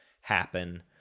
happen